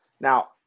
Now